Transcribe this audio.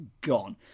gone